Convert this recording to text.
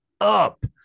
up